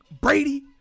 Brady